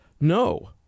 No